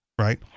right